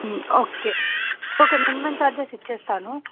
okay okay minimum charges ఇస్తాను